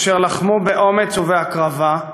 אשר לחמו באומץ ובהקרבה,